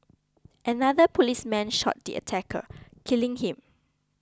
another policeman shot the attacker killing him